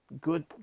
good